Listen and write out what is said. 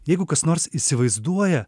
jeigu kas nors įsivaizduoja